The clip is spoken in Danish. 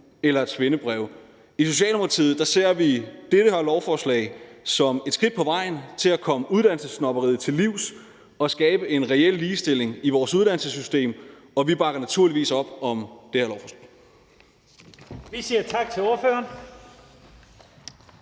eller et svendebrev. I Socialdemokratiet ser vi det her lovforslag som et skridt på vejen til at komme uddannelsessnobberiet til livs og skabe en reel ligestilling i vores uddannelsessystem, og vi bakker naturligvis op om det her lovforslag. Kl. 15:24 Første næstformand